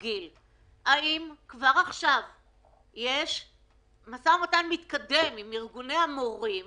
האם יש כבר עכשיו מו"מ מתקדם עם ארגוני ההורים